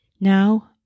Now